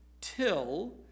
till